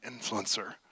influencer